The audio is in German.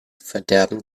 verderben